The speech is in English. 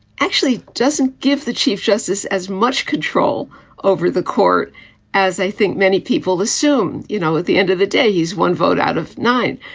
actually doesn't give the chief justice as much control over the court as i think many people assume. you know, at the end of the day, he's one vote out of nine.